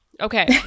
Okay